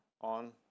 on